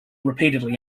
repeatedly